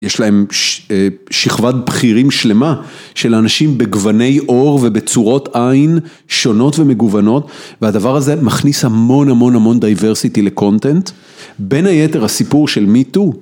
יש להם שכבד בחירים שלמה של אנשים בגווני אור ובצורות עין שונות ומגוונות והדבר הזה מכניס המון המון המון דייברסיטי לקונטנט בין היתר הסיפור של מי טו.